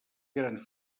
gran